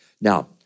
Now